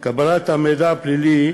קבלת המידע הפלילי